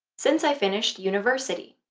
since i finished university.